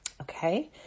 okay